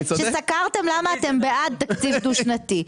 למה אתם בעד תקציב דו שנתי.